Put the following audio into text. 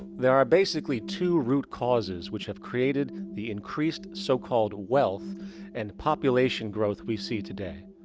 there are basically two root causes which have created the increased so-called wealth and population growth we see today.